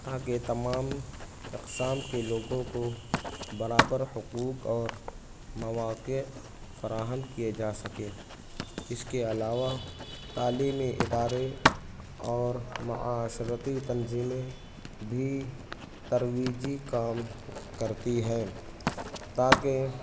تاکہ تمام اقسام کے لوگوں کو برار حقوق اور مواقعے فراہم کیے جا سکیں اس کے علاوہ تعلیمی ادارے اور معاشرتی تنظیمیں بھی ترویجی کام کرتی ہیں تاکہ